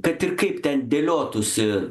kad ir kaip ten dėliotųsi